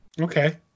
okay